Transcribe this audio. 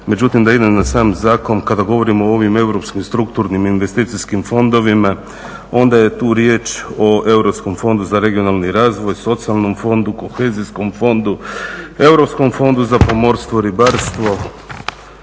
međutim da idem na sam zakon. Kada govorimo o ovim europskim strukturnim investicijskim fondovima, onda je tu riječ o Europskom fondu za regionalni razvoj, socijalnom fondu, kohezijskom fondu, europskom fondu za pomorstvo, ribarstvo,